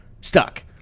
stuck